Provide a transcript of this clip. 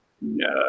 No